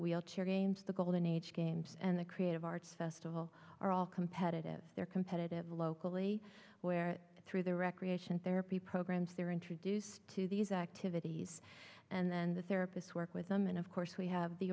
wheelchair games the golden age games and the creative arts festival are all competitive they're competitive locally where through their recreation therapy programs they're introduced to these activities and then the therapists work with them and of course we have the